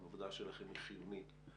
העבודה שלכם היא חיונית,